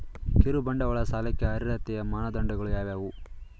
ಕಿರುಬಂಡವಾಳ ಸಾಲಕ್ಕೆ ಅರ್ಹತೆಯ ಮಾನದಂಡಗಳು ಯಾವುವು?